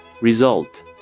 Result